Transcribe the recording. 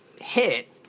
hit